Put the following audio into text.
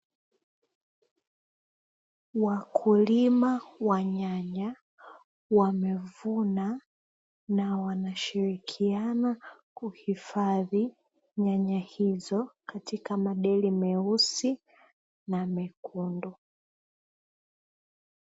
Wakulima wa nyanya, wamevuna na wanashirikiana kuhifadhi nyanya hizo katika madeli meusi na makundu.